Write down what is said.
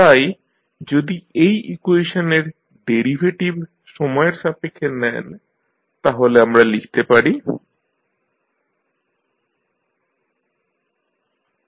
তাই যদি এই ইকুয়েশনের ডেরিভেটিভ সময়ের সাপেক্ষে নেন তাহলে আমরা লিখতে পারি Ld2idt2RdidtiCdedt